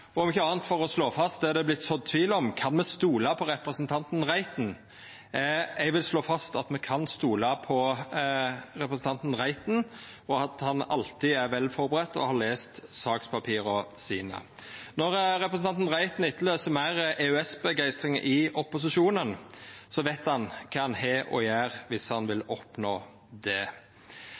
debatten, om ikkje anna for å slå fast det det er vorte sådd tvil om: Kan me stola på representanten Reiten? Eg vil slå fast at me kan stola på representanten, og at han alltid er vel førebudd og har lese sakspapira sine. Når representanten Reiten etterlyser meir EØS-begeistring i opposisjonen, veit han kva han har å gjera dersom han vil oppnå det.